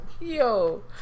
Yo